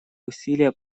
усилия